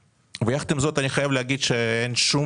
יחד עם זאת אני חייב להגיד שאין שום